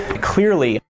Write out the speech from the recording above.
clearly